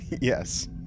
yes